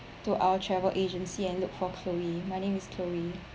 to our travel agency and look for chloe my name is chloe